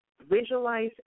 Visualize